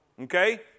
Okay